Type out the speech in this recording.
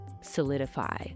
solidify